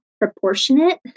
proportionate